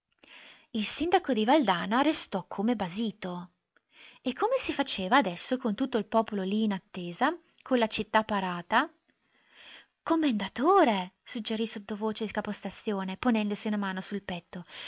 il sindaco di valdana restò come basito e come si faceva adesso con tutto il popolo lì in attesa con la città parata commendatore suggerì sottovoce il capostazione ponendosi una mano sul petto